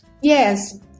Yes